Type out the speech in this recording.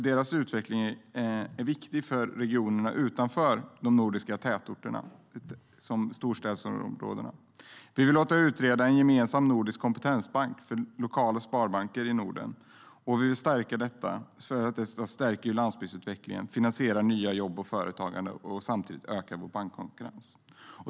Deras utveckling är viktig för regionerna utanför de nordiska storstadsområdena. Vi vill låta utreda en gemensam nordisk kompetensbank för lokala sparbanker i Norden. Vi vill stärka detta, för det stärker landsbygdsutvecklingen, finansierar nya jobb och företagande och ökar samtidigt vår bankkonkurrens.